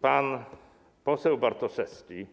Pan poseł Bartoszewski,